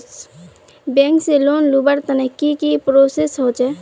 Bank से loan लुबार तने की की प्रोसेस होचे?